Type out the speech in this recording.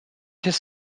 its